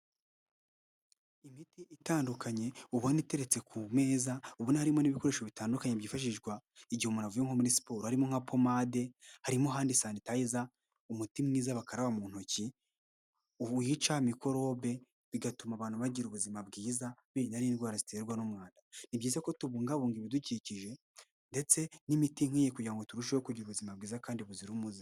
Imiti itandukanye ubona iteretse ku meza ubona harimo n'ibikoresho bitandukanye byifashishwa igihe umuntu avuye nko muri siporo. Harimo nka pomade harimo, handi sanitayiza, umuti mwiza bakaraba mu ntoki wihica mikorobe bigatuma abantu bagira ubuzima bwiza birinda n'indwara ziterwa n'umwanda. Ni byiza ko tubungabunga ibidukikije ndetse n'imiti nk'iyi kugira ngo turusheho kugira ubuzima bwiza kandi buzira umuze.